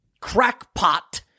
crackpot